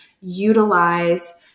utilize